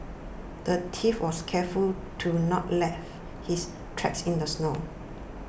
the thief was careful to not left his tracks in the snow